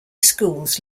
schools